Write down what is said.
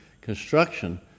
construction